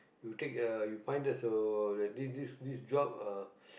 you take a you find there's a a this this this job uh